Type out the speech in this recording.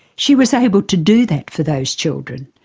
she was able to do that for those children.